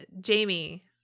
Jamie